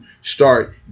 start